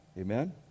Amen